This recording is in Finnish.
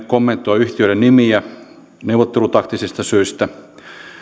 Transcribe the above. kommentoi yhtiöiden nimiä neuvottelutaktisista syistä